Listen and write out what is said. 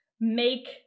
make